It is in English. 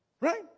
Right